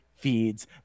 feeds